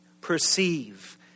perceive